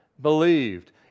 believed